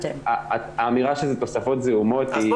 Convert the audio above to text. האמירה שזה תוספות זעומות מקוממת.